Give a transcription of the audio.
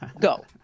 Go